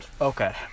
Okay